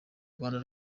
rwanda